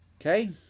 Okay